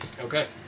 Okay